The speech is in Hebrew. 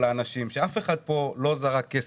אף אחד לא זרק כסף.